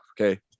Okay